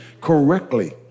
correctly